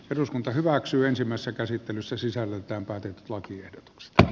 eduskunta hyväksyy ensimmäistä käsittelyssä sisällöltään päätet lakiehdotuksesta